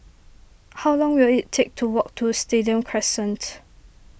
how long will it take to walk to Stadium Crescent